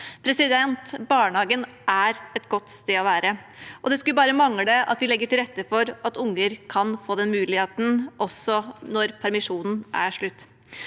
utvikling. Barnehagen er et godt sted å være. Det skulle bare mangle at vi ikke legger til rette for at unger kan få den muligheten, også når permisjonen er slutt.